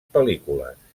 pel·lícules